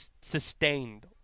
sustained